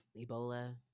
Ebola